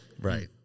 Right